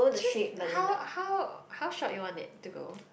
just how how how short you want it to go